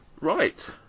Right